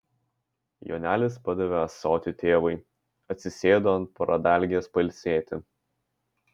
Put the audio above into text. jonelis padavė ąsotį tėvui atsisėdo ant pradalgės pailsėti